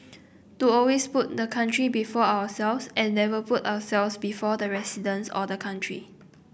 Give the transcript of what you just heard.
to always put the country before ourselves and never put ourselves before the residents or the country